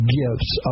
gifts